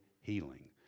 healing